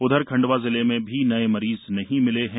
उधर खण्डवा जिले में भी नए मरीज नहीं मिले हैं